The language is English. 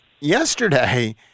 Yesterday